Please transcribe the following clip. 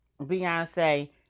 Beyonce